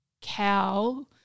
cow